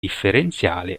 differenziale